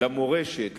למורשת,